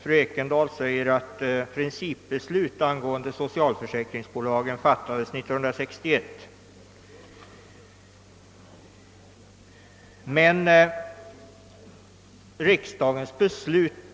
Fru Ekendahl nämner att principbeslut angående socialförsäkringsbolagen fattades år 1961.